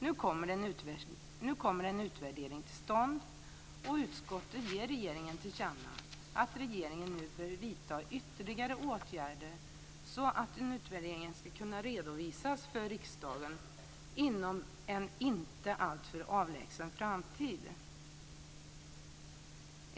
Nu kommer en utvärdering till stånd, och utskottet ger regeringen till känna att regeringen nu bör vidta ytterligare åtgärder så att utvärderingen ska kunna redovisas för riksdagen inom en inte alltför avlägsen framtid.